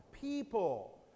people